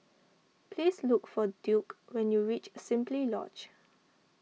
please look for Duke when you reach Simply Lodge